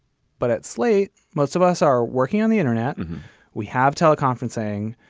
but at slate, most of us are working on the internet and we have teleconferencing.